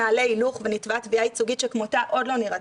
נעלה הילוך ונתבע תביעה ייצוגית שכמותה עוד לא נראתה.